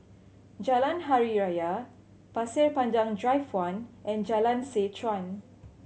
Jalan Hari Raya Pasir Panjang Drive One and Jalan Seh Chuan